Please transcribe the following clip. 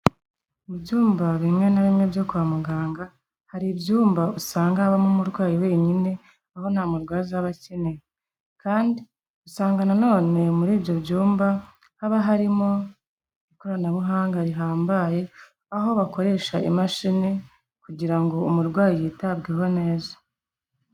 Mu byumba bimwe na bimwe byo kwa muganga, hari ibyumba usanga habamo umurwayi wenyine, aho nta murwaza aba akeneye. Kandi usanga nanone muri ibyo byumba, haba harimo ikoranabuhanga rihambaye, aho bakoresha imashini, kugira ngo umurwayi yitabweho neza.